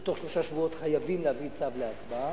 ובתוך שלושה שבועות חייבים להביא צו להצבעה,